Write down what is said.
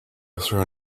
through